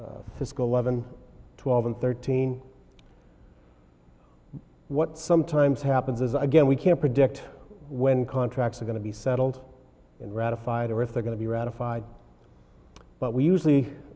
cisco oven twelve and thirteen what sometimes happens is again we can't predict when contracts are going to be settled and ratified or if they're going to be ratified but we usually